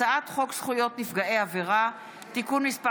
הצעת חוק זכויות נפגעי עבירה (תיקון מס'